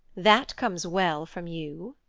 that comes well from you.